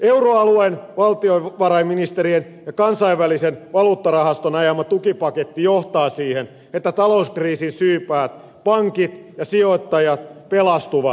euroalueen valtiovarainministerien ja kansainvälisen valuuttarahaston ajama tukipaketti johtaa siihen että talouskriisin syypäät pankit ja sijoittajat pelastuvat